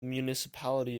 municipality